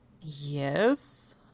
Yes